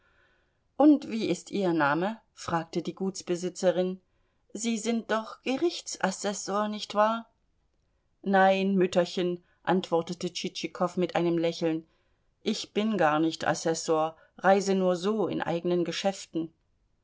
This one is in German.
und wie ist ihr name fragte die gutsbesitzerin sie sind doch gerichtsassessor nicht wahr nein mütterchen antwortete tschitschikow mit einem lächeln ich bin gar nicht assessor reise nur so in eigenen geschäften